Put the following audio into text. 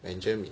Benjamin